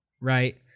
right